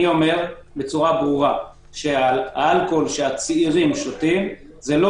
אני אומר בצורה ברורה שהאלכוהול שהצעירים שותים זה לא